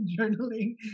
journaling